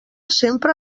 sempre